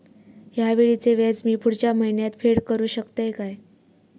हया वेळीचे व्याज मी पुढच्या महिन्यात फेड करू शकतय काय?